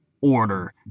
order